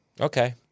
Okay